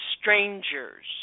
strangers